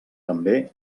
també